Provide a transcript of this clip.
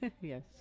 yes